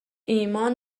ایمان